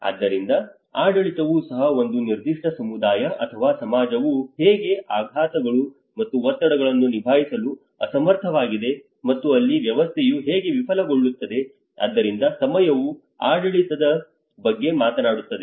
ಆದ್ದರಿಂದ ಆಡಳಿತವೂ ಸಹ ಒಂದು ನಿರ್ದಿಷ್ಟ ಸಮುದಾಯ ಅಥವಾ ಸಮಾಜವು ಹೇಗೆ ಆಘಾತಗಳು ಮತ್ತು ಒತ್ತಡಗಳನ್ನು ನಿಭಾಯಿಸಲು ಅಸಮರ್ಥವಾಗಿದೆ ಮತ್ತು ಅಲ್ಲಿ ವ್ಯವಸ್ಥೆಯು ಹೇಗೆ ವಿಫಲಗೊಳ್ಳುತ್ತದೆ ಆದ್ದರಿಂದ ಸಮಯವು ಆಡಳಿತದ ಬಗ್ಗೆ ಮಾತನಾಡುತ್ತದೆ